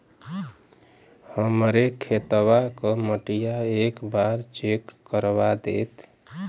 हमरे खेतवा क मटीया एक बार चेक करवा देत?